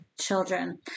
children